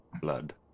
blood